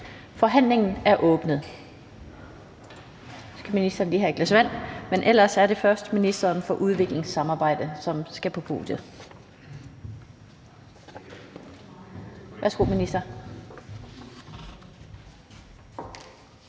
Forhandlingen er åbnet.